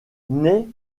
naît